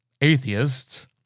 atheists